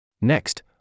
Next